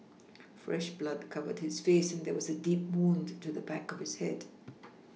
fresh blood covered his face and there was a deep wound to the back of his head